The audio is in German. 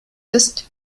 ist